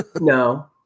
No